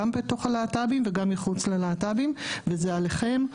גם מתוך הקהילה הלהט״בית וגם מחוצה לה וזה עליכם,